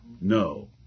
No